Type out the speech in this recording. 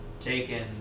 taken